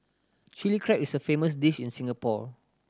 Chilli Crab is a famous dish in Singapore